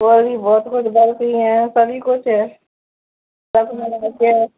और भी बहुत कुछ बर्फी है सभी कुछ है